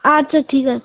আচ্ছা ঠিক আছে